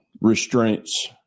restraints